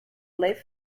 live